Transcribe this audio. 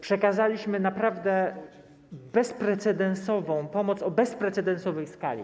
Przekazaliśmy naprawdę bezprecedensową pomoc, o bezprecedensowej skali.